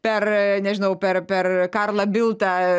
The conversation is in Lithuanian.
per nežinau per per karlą biltą